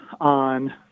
on